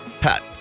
Pat